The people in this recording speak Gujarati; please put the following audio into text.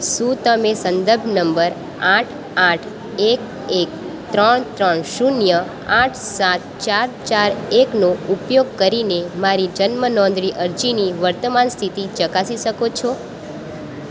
શું તમે સંદર્ભ નંબર આઠ આઠ એક એક ત્રણ ત્રણ શૂન્ય આઠ સાત ચાર ચાર એકનો ઉપયોગ કરીને મારી જન્મ નોંધણી અરજીની વર્તમાન સ્થિતિ ચકાસી શકો છો